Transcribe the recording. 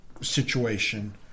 situation